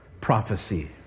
prophecy